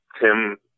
Tim